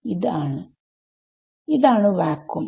ആണ് ഇതാണ് വാക്വമ്